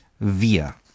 wir